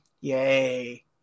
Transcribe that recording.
yay